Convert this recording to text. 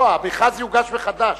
לא, המכרז יוגש מחדש.